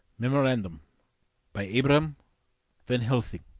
memorandum by abraham van helsing.